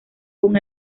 con